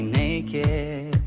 naked